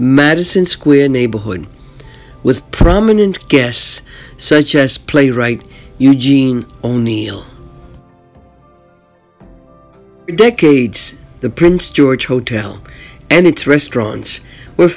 madison square neighborhood with prominent guests such as playwright eugene o'neill decades the prince george hotel and its restaurants w